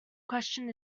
questioned